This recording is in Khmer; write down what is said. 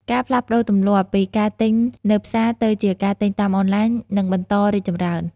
ការផ្លាស់ប្តូរទម្លាប់ពីការទិញនៅផ្សារទៅជាការទិញតាមអនឡាញនឹងបន្តរីកចម្រើន។